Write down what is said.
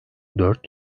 dört